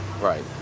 Right